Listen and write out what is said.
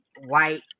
white